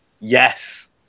Yes